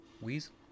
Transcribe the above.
weasel